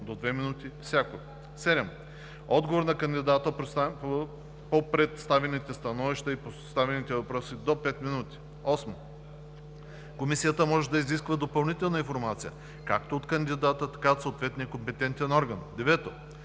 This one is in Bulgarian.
до две минути всяко. 7. Отговор на кандидата по представените становища и поставените въпроси – до 5 минути. 8. Комисията може да изисква допълнителна информация както от кандидата, така и от съответния компетентен орган. 9.